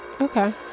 Okay